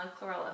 chlorella